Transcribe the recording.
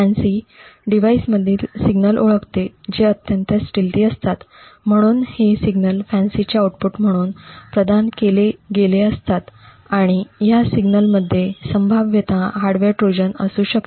fancy डिव्हाइसमधील signal ओळखते जे अत्यंत स्टिल्टथि असतात म्हणून हे सिग्नल फन्सीचे आउटपुट म्हणून प्रदान केले गेले जातात आणि ह्या सिग्नल मध्ये संभाव्यतः हार्डवेअर ट्रोजन असू शकता